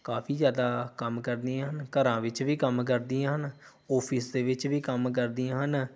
ਕਾਫ਼ੀ ਜ਼ਿਆਦਾ ਕੰਮ ਕਰਦੀਆ ਹਨ ਘਰਾਂ ਵਿੱਚ ਵੀ ਕੰਮ ਕਰਦੀਆਂ ਹਨ ਆਫਿਸ ਦੇ ਵਿੱਚ ਵੀ ਕੰਮ ਕਰਦੀਆਂ ਹਨ